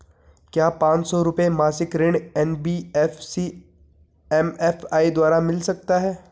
क्या पांच सौ रुपए मासिक ऋण एन.बी.एफ.सी एम.एफ.आई द्वारा मिल सकता है?